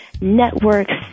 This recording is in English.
networks